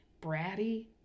bratty